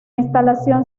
instalación